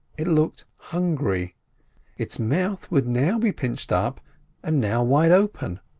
it looked hungry its mouth would now be pinched up and now wide open,